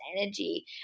energy